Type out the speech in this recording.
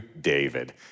David